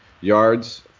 Yards